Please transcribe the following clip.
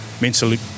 mentally